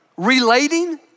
relating